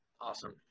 Awesome